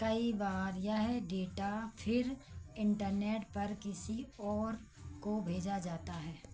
कई बार यह डेटा फिर इंटरनेट पर किसी और को भेजा जाता है